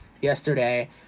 yesterday